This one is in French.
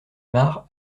mare